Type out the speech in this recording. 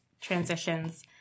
transitions